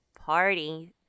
party